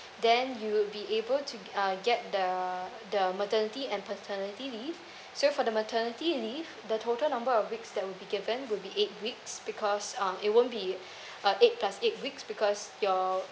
then you will be able to be uh get the the maternity and paternity leave so for the maternity leave the total number of weeks that will be given will be eight weeks because um it won't be a eight plus eight weeks because your